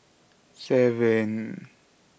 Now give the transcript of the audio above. seven